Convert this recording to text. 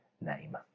name